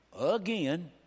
again